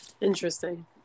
Interesting